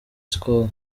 skol